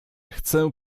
chcę